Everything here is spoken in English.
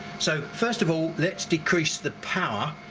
so first of all let's decrease the power,